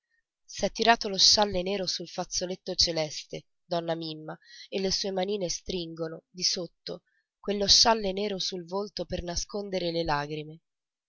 s'è tirato lo scialle nero sul fazzoletto celeste donna mimma e le sue manine stringono di sotto quello scialle nero sul volto per nascondere le lagrime